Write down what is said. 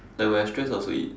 like when I stressed I also eat